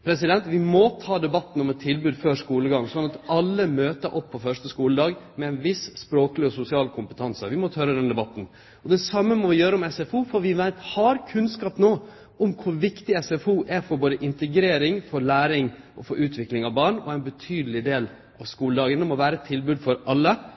Vi må ta debatten om eit tilbod før skulegang, slik at alle møter opp til første skuledag med ein viss språkleg og sosial kompetanse. Vi må tore å ta den debatten. Det same må vi gjere når det gjeld SFO, for vi har kunnskap om kor viktig SFO er både for integrering og læring og for barns utvikling. Det må vere eit tilbod til alle i ein betydeleg del av skuledagen, slik at alle vert betre integrert i skuledagen. Så meiner eg at for